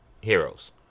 heroes